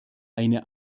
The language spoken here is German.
eine